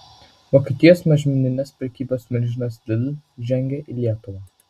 vokietijos mažmeninės prekybos milžinas lidl žengia į lietuvą